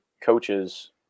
coaches